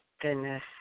Goodness